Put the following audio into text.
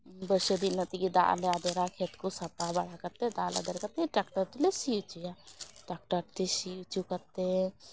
ᱞᱚᱥᱚᱫᱟ ᱤᱱᱟᱹ ᱛᱮᱜᱮ ᱫᱟᱜ ᱞᱮ ᱟᱫᱮᱨᱟ ᱠᱷᱮᱛ ᱠᱚ ᱥᱟᱯᱟ ᱵᱟᱲᱟ ᱠᱟᱛᱮ ᱫᱟᱜ ᱞᱮ ᱟᱫᱮᱨ ᱠᱟᱛᱮ ᱴᱟᱠᱴᱟᱨ ᱛᱮᱞᱮ ᱥᱤ ᱚᱪᱚᱭᱟ ᱴᱟᱠᱴᱟᱨ ᱛᱮ ᱥᱤ ᱚᱪᱚ ᱠᱟᱛᱮ